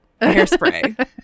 hairspray